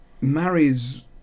marries